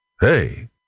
Hey